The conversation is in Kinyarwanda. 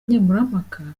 nkemurampaka